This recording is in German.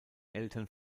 eltern